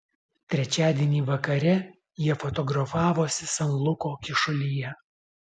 trečiadienį vakare jie fotografavosi san luko kyšulyje